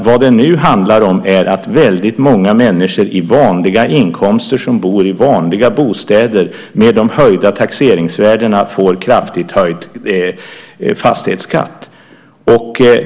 Vad det nu handlar om är att väldigt många människor med vanliga inkomster som bor i vanliga bostäder med de höjda taxeringsvärdena får kraftigt höjd fastighetsskatt.